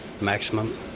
maximum